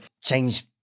change